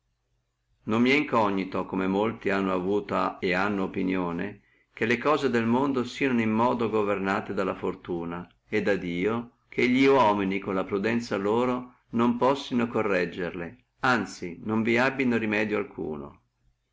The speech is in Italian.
non mi è incognito come molti hanno avuto et hanno opinione che le cose del mondo sieno in modo governate dalla fortuna e da dio che li uomini con la prudenzia loro non possino correggerle anzi non vi abbino remedio alcuno